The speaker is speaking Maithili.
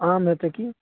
आम हेतय की